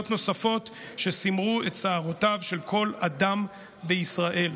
נוספות שסימרו את שערותיו של כל אדם בישראל.